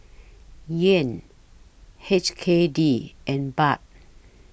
Yuan H K D and Baht